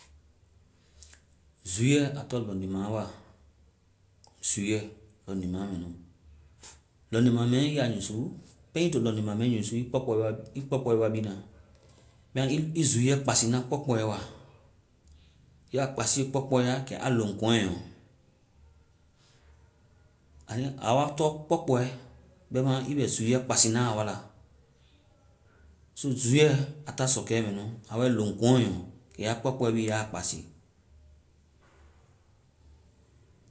Zúuɛ, a tɔŋ lɔŋtima wa. Zúuɛ, lɔŋtima mɛ nu. Lɔŋtima mɛ ii ya yusu, pɛŋ ii to lɔŋtima mɛ yusu-ii kpɔkpɔ wa-ii kpɔkpɔ wa bi na. Bɛma ii zúuɛ kpasina kpɔkpɔ wa. Ya kpasie kpɔkpɔ ya, kɛ a lɔŋ kɔŋɛ ɔ. Aa wa tɔŋ kpɔkpɔ bɛma he bɛ zúuɛ kpasi na a wa la. So zúuɛ, aa ta sɔkɛ mɛ nu. Aa wai lɔŋ konɛɔ. Kɛ ya kpɔkpɔ bi ya kpasi.